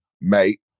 mate